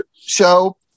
Show